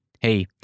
Hey